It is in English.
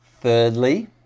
Thirdly